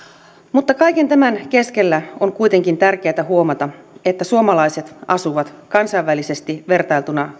mutta kaiken tämän keskellä on kuitenkin tärkeätä huomata että suomalaiset asuvat kansainvälisesti vertailtuna